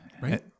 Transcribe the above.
Right